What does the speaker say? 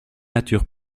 nature